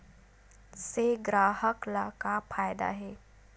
से ग्राहक ला का फ़ायदा हे?